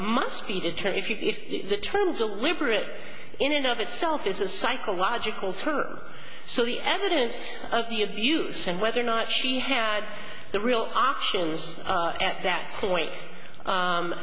must be to turn if the term deliberate in and of itself is a psychological term so the evidence of the abuse and whether or not she had the real options at that point